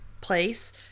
place